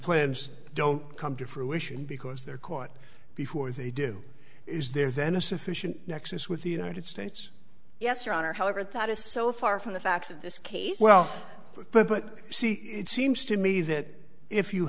plans don't come to fruition because they're caught before they do is there then a sufficient nexus with the united states yes your honor however that is so far from the facts of this case well but but but it seems to me that if you